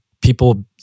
people